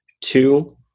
Two